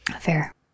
Fair